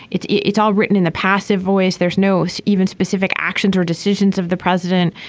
it's it's all written in the passive voice. there's no so even specific actions or decisions of the president.